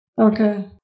Okay